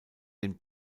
dem